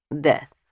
death